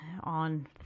on